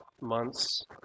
months